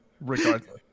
regardless